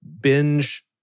binge-